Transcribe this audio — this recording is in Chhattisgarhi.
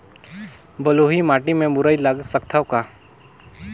बलुही माटी मे मुरई लगा सकथव का?